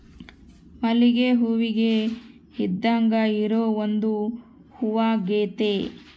ಮಲ್ಲಿಗೆ ಹೂವಿಗೆ ಇದ್ದಾಂಗ ಇರೊ ಒಂದು ಹೂವಾಗೆತೆ